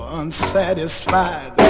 unsatisfied